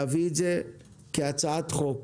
להביא את זה כהצעת חוק.